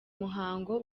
muhango